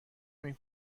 نمی